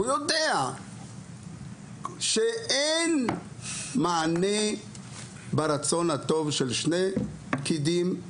ויודע שאין מענה ברצון הטוב של שני פקידים.